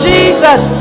Jesus